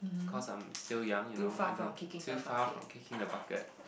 cause I'm still young you know and then too far from kicking the bucket